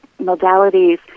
modalities